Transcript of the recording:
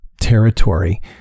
territory